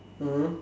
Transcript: hmm